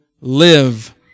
live